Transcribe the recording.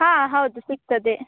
ಹಾಂ ಹೌದು ಸಿಕ್ತದೆ